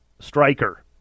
striker